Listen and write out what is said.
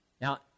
Now